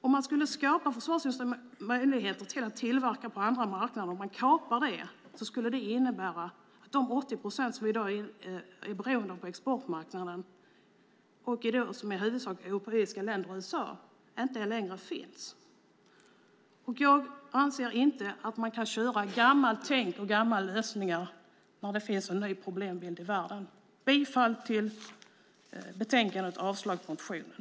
Om man kapar försvarsindustrins möjligheter att verka på andra marknader skulle det innebära att exporten som i dag till 80 procent går i huvudsak till europeiska länder och USA försvann. Jag anser att man inte kan köra med gammalt tänk och gamla lösningar när det finns en ny problembild i världen. Jag yrkar bifall till förslagen i betänkandet och avslag på motionen.